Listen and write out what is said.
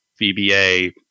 VBA